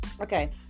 Okay